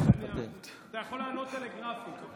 אתה יכול לענות טלגרפית.